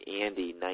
Andy